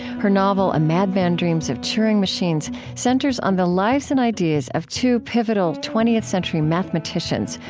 her novel, a madman dreams of turing machines, centers on the lives and ideas of two pivotal twentieth century mathematicians,